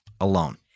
alone